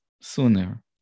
sooner